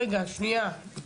רגע שנייה.